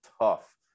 tough